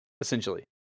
Essentially